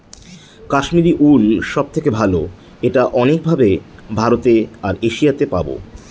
Kashmiri wool সব থেকে ভালো এটা অনেক ভাবে ভারতে আর এশিয়াতে পাবো